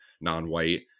non-white